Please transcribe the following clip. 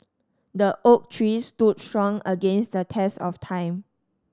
the oak tree stood strong against the test of time